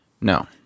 No